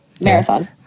marathon